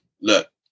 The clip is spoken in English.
look